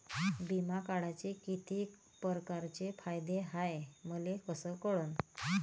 बिमा काढाचे कितीक परकारचे फायदे हाय मले कस कळन?